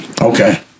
okay